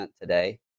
today